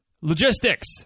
logistics